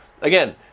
again